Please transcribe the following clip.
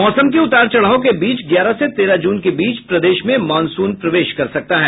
मौसम के उतार चढ़ाव के बीच ग्यारह से तेरह जून के बीच प्रदेश में मॉनसून प्रवेश कर सकता है